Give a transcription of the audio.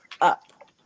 up